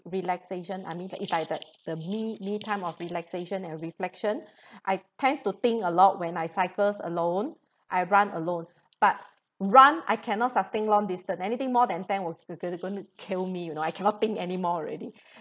relaxation I mean if I the the me me time of relaxation or reflection I tend to think a lot when I cycle alone I run alone but run I cannot sustain long distance anything more than ten will were going to going to kill me you know I cannot think anymore already